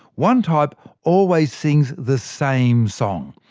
one type always sings the same song.